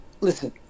listen